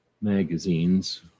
magazines